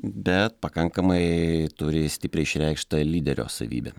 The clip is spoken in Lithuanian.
bet pakankamai turi stipriai išreikštą lyderio savybę